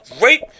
Rape